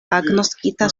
agnoskita